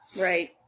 Right